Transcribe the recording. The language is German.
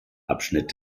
abschnitt